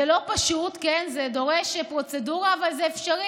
זה לא פשוט, כן, זה דורש פרוצדורה, אבל זה אפשרי.